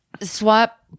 Swap